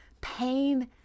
pain